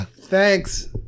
thanks